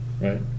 right